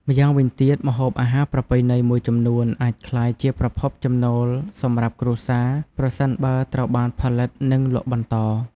ម្យ៉ាងវិញទៀត ម្ហូបអាហារប្រពៃណីមួយចំនួនអាចក្លាយជាប្រភពចំណូលសម្រាប់គ្រួសារ ប្រសិនបើត្រូវបានផលិត និងលក់បន្ត។